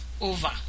over